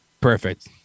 perfect